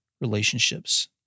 relationships